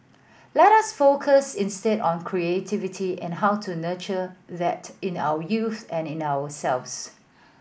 let us focus instead on creativity and how to nurture that in our youth and in ourselves